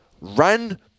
ran